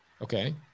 Okay